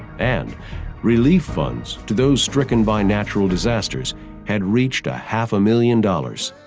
and relief funds to those stricken by natural disasters had reached a half a million dollars.